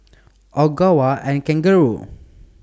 Ogawa and Kangaroo